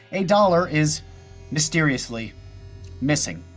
a dollar is mysteriously missing.